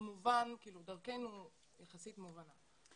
דרכנו יחסית מובנת.